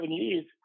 years